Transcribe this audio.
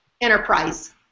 enterprise